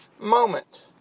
moment